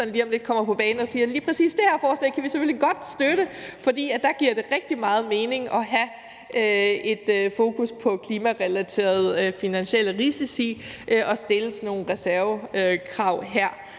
lige om lidt kommer på banen og siger: Lige præcis det her forslag kan vi selvfølgelig godt støtte, for der giver det rigtig meget mening at have et fokus på klimarelaterede finansielle risici og stille sådan nogle reservekrav her.